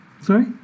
Sorry